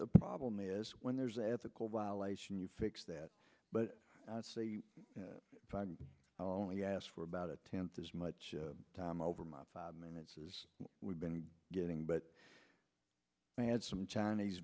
the problem is when there's apical violation you fix that but that's a time i only asked for about a tenth as much time over my five minutes as we've been getting but i had some chinese